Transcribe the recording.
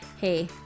Hey